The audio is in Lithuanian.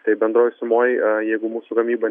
tai bendroj sumoj jeigu mūsų gamyba